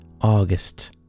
August